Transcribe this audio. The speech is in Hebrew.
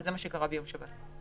כפי שקרה ביום שבת.